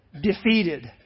defeated